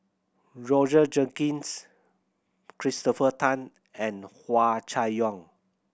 Roger Jenkins Christopher Tan and Hua Chai Yong